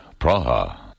Praha